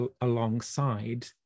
alongside